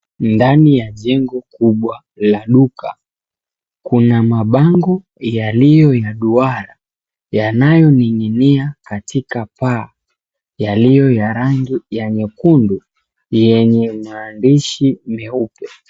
Ndani ya jengo kubwa la duka. Kuna mabango yaliyo ya duara yanayoning'inia katika paa yaliyo ya rangi ya nyekundu yenye maandishi meupe.